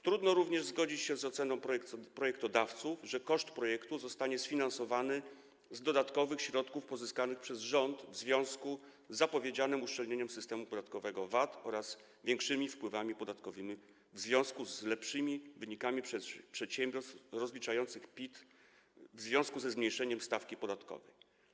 Trudno również zgodzić się z oceną projektodawców, że koszt projektu zostanie sfinansowany z dodatkowych środków pozyskanych przez rząd w wyniku zapowiedzianego uszczelnienia systemu podatkowego VAT oraz większych wpływów podatkowych w związku z lepszymi wynikami przedsiębiorstw rozliczających PIT w wyniku zmniejszenia stawki podatkowej.